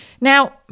Now